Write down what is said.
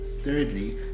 thirdly